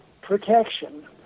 protection